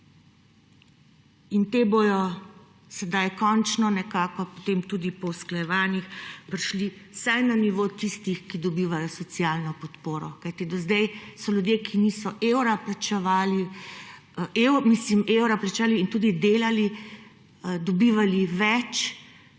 In ti bodo sedaj končno nekako potem tudi po usklajevanih prišli vsaj na nivo tistih, ki dobivajo socialno podporo. Kajti do sedaj so ljudje, ki niso evra plačevali in tudi delali, dobivali več